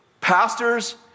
pastors